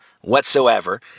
whatsoever